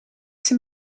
zijn